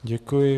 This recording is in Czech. Děkuji.